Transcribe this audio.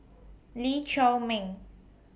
Lee Chiaw Meng